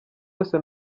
yose